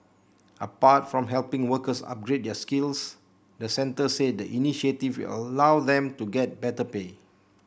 apart from helping workers upgrade their skills the centre said the initiative allow them to get better pay